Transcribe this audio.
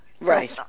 Right